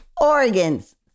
Organs